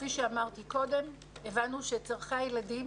כפי שאמרתי קודם, הבנו שצורכי הילדים